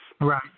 Right